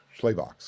Schleybox